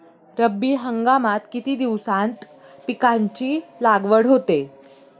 रब्बी हंगामात किती दिवसांत पिकांची लागवड होते?